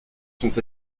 sont